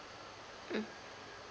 mm